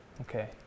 Okay